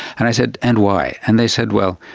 and i said, and why? and they said, well,